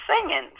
singing